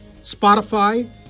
Spotify